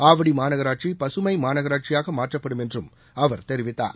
ஆவடி மாநகராட்சி பசுமை மாநகராட்சியாக மாற்றப்படும் என்றும் அவர் தெரிவித்தார்